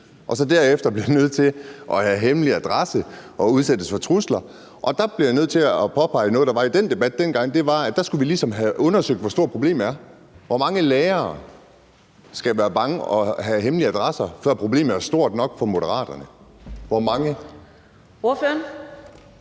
og derefter bliver nødt til at have hemmelig adresse og bliver udsat for trusler. Der bliver jeg nødt til at påpege noget, der var i den debat dengang, og det var, at der skulle vi ligesom have undersøgt, hvor stort problemet var. Hvor mange lærere skal være bange og have hemmelig adresse, før problemet er stort nok for Moderaterne – hvor mange? Kl.